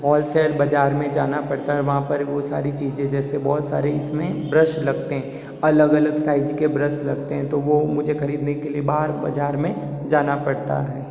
wholesale बाजार में जाना पड़ता है और वहाँ पर वो सारी चीज़ें जैसे बहुत सारे इसमें ब्रश लगते है अलग अलग साइज के ब्रश लगते है तो वो मुझे खरीदने के लिए बाहर बाजार में जाना पड़ता है